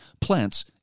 plants